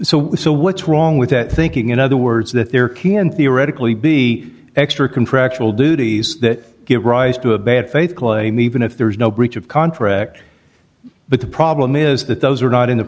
so so what's wrong with that thinking in other words that there can theoretically be extra contractual duties that give rise to a bad faith claim even if there is no breach of contract but the problem is that those are not in the